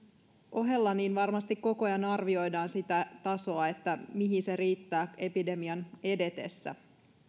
ohella varmasti koko ajan arvioidaan sitä tasoa mihin se riittää epidemian edetessä